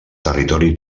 territori